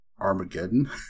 armageddon